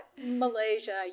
Malaysia